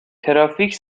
ترافیک